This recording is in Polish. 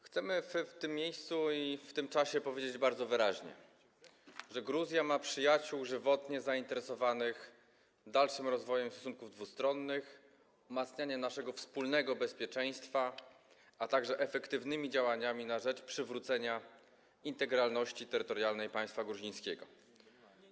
Chcemy w tym miejscu i w tym czasie powiedzieć bardzo wyraźnie, że Gruzja ma przyjaciół żywotnie zainteresowanych dalszym rozwojem stosunków dwustronnych, umacnianiem naszego wspólnego bezpieczeństwa, a także efektywnymi działaniami na rzecz przywrócenia integralności terytorialnej państwa gruzińskiego.